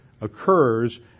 occurs